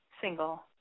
single